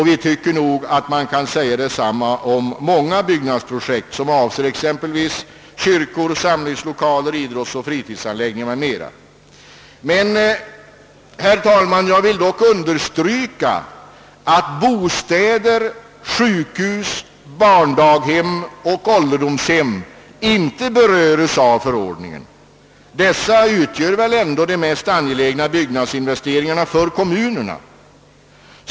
Vi tycker att man kan säga detsamma om många byggnadsprojekt som avser exempelvis kyrkor och samlingslokaler, idrottsoch fritidsanläggningar, m.m. Jag vill emellertid understryka att bostäder, sjukhus, barndaghem och ålderdomshem inte berörs av förordningen, och dessa utgör väl de mest angelägna byggnadsinvesteringarna för kommunerna.